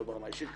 לא ברמה האישית,